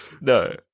No